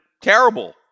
terrible